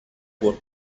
por